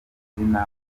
izina